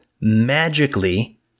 magically